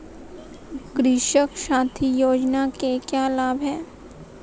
कृषक साथी योजना के क्या लाभ हैं?